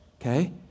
Okay